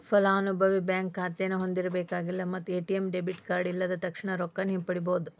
ಫಲಾನುಭವಿ ಬ್ಯಾಂಕ್ ಖಾತೆನ ಹೊಂದಿರಬೇಕಾಗಿಲ್ಲ ಮತ್ತ ಎ.ಟಿ.ಎಂ ಡೆಬಿಟ್ ಕಾರ್ಡ್ ಇಲ್ಲದ ತಕ್ಷಣಾ ರೊಕ್ಕಾನ ಹಿಂಪಡಿಬೋದ್